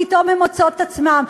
פתאום הן מוצאות את עצמן,